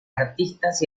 artistas